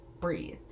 breathe